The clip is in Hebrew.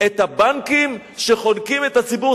את הבנקים שחונקים את הציבור.